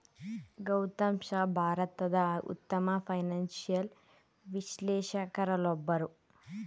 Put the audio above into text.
ಗೌತಮ್ ಶಾ ಭಾರತದ ಉತ್ತಮ ಫೈನಾನ್ಸಿಯಲ್ ವಿಶ್ಲೇಷಕರಲ್ಲೊಬ್ಬರು